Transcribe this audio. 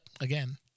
again